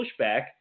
pushback